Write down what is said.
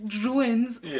ruins